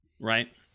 Right